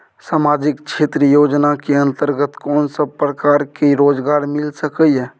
सामाजिक क्षेत्र योजना के अंतर्गत कोन सब प्रकार के रोजगार मिल सके ये?